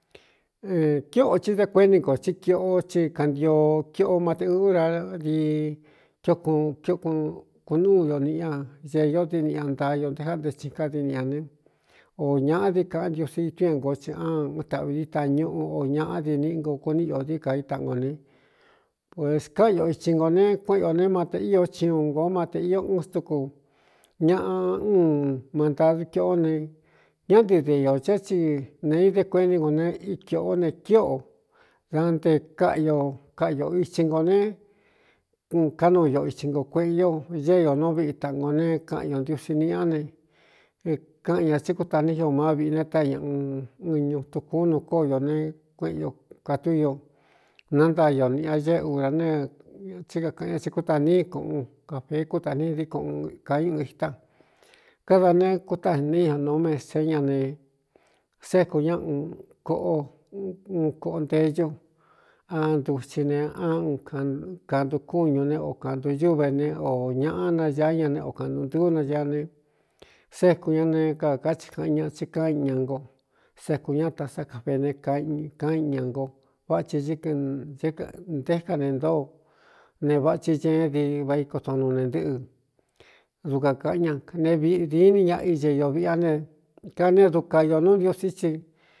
Kiꞌō tsi de kueni nkō tsí kiꞌo ti kantio kiꞌo mateꞌúra di kioku kiukun kunúu o niꞌi ña ñeeīo ndiniꞌ ñantaa ño nte káꞌnte tsin ká dini ñā ne ō ñāꞌa dií kaꞌán ntiosi itú a ngo tsi án taꞌvi dií tañuꞌu o ñaꞌa diniꞌi nko kuní i dií ka í taꞌan gō ne pues káꞌa o itsi nkō ne kueꞌen ō ne mate ío chiuun nkō matē io un stuku ñaꞌa uun mantadu kiꞌó ne ñá ntɨ de iō ch á tsi nēi de kueni nko ne ikiꞌo ne kiꞌō da nte kaꞌ io kaꞌiō itsi nkō ne kánuu io itsi nko kueꞌe o ñée io nu viꞌi taꞌan go ne kaꞌan ño ntiusi niꞌá ne kaꞌan ñā tsí kuta ní io má viꞌi ne táñaꞌu ɨñu tukúú nuu kóo io ne kueꞌen ño kātúí io nántaa ño niꞌi a ñée ura netsí kakaꞌan ña tsi kúta níi kuꞌun jafee kútā ni díkonka un ita káda ne kuta in niia no mese ña ne séku ñá un koꞌo un koꞌo nte ñú ántutsi ne á kandukúñu ne o kāntuīúvene ō ñaꞌ nañaá ña ne o kāꞌntu ntɨ̄ɨú nañaa ne séku ñá ne kakáti kaꞌan ña tsí ká i ña nko sékū ñá ta sá kafe ne kan i ña ngo váꞌa ti ñɨkɨ nté ká ne ntōo ne vaꞌa thi ñeén di vaikoton nu ne ntɨ́ꞌɨ dukān kaꞌan ña ne viꞌ dini ñaꞌa iñe iō viꞌá ne kanee du ka io nú ntiosí ti.